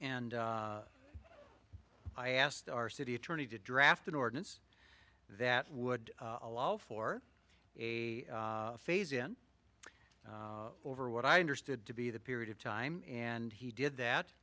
and i asked our city attorney to draft an ordinance that would allow for a phase in over what i understood to be the period of time and he did that